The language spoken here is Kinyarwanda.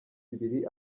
ibiri